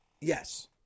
Yes